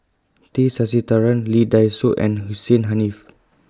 T Sasitharan Lee Dai Soh and Hussein Haniff